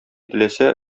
теләсә